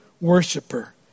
worshiper